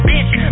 Bitch